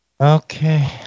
Okay